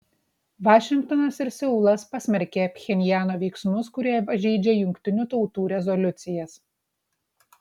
vašingtonas ir seulas pasmerkė pchenjano veiksmus kurie pažeidžia jungtinių tautų rezoliucijas